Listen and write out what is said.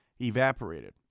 evaporated